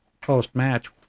post-match